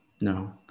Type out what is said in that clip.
No